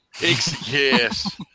Yes